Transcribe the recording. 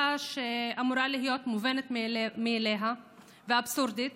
שאמורה להיות מובנת מאליה ואבסורדית: